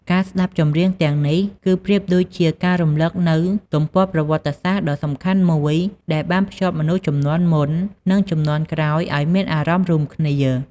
ការស្តាប់បទចម្រៀងទាំងនេះ គឺប្រៀបដូចជាការរំឭកនូវទំព័រប្រវត្តិសាស្ត្រដ៏សំខាន់មួយ ដែលបានភ្ជាប់មនុស្សជំនាន់មុន និងជំនាន់ក្រោយឲ្យមានអារម្មណ៍រួមគ្នា។